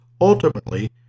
Ultimately